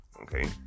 Okay